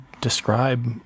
describe